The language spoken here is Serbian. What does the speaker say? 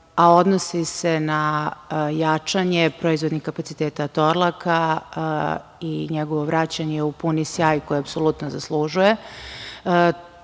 a odnosi se na jačanje proizvodnih kapaciteta „Torlaka“ i njegovo vraćanje u puni sjaj koji apsolutno zaslužuje.